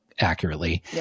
accurately